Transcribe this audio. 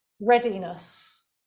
readiness